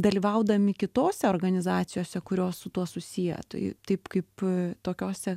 dalyvaudami kitose organizacijose kurios su tuo susiję tai taip kaip tokiose